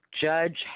judge